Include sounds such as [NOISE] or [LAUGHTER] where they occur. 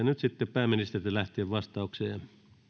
[UNINTELLIGIBLE] nyt sitten pääministeristä lähtien vastauksia